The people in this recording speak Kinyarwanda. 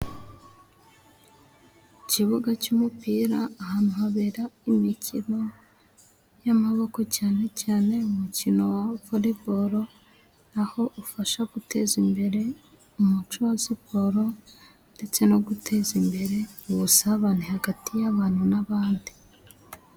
Ikibuga cy'umupira ahantu habera imikino y'amaboko, cyane cyane umukino wa vore boro ,naho ufasha guteza imbere umuco wa siporo ,ndetse no guteza imbere ubusabane hagati y'abantu n'abandi.